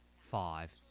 Five